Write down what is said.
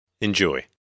Enjoy